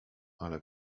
ale